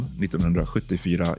1974